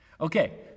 Okay